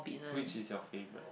which is your favourite